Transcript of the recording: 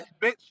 bitch